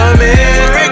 America